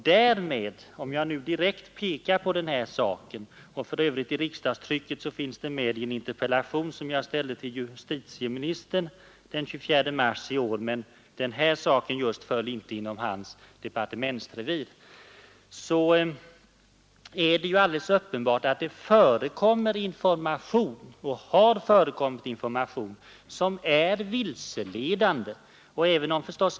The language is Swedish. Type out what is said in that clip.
Som jag nu direkt har påvisat — den här saken finns för övrigt med i riksdagstrycket i en interpellation som jag ställde till justitieministern den 24 mars i år, men denna angelägenhet föll inte inom hans departementsrevir förekommer det och har det förekommit information som är vilseledande.